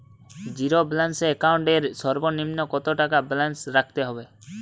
Zero balance account এর সর্বনিম্ন কত টাকা ব্যালেন্স রাখতে হবে?